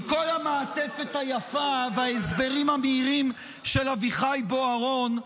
עם כל המעטפת היפה וההסברים המאירים של אביחי בוארון,